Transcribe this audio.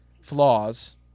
flaws